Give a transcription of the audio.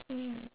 mm